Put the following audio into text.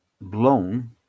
blown